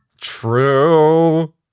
True